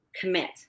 commit